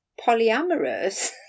polyamorous